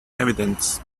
evidence